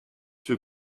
für